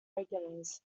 regulars